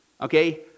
okay